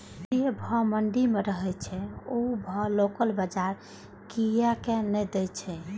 जे भाव मंडी में रहे छै ओ भाव लोकल बजार कीयेक ने दै छै?